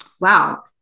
wow